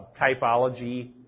typology